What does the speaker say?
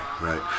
right